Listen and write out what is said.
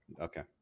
Okay